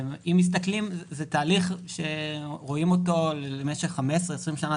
זה תהליך שרואים אותו למשך 15 20 שנים,